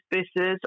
spaces